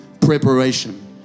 preparation